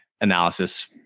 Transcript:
analysis